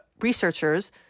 researchers